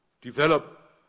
develop